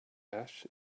ash